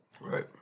Right